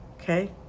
okay